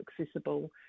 accessible